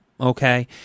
okay